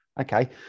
okay